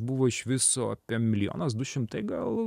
buvo iš viso apie milijonas du šimtai gal